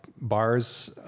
bars